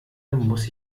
muss